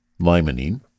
limonene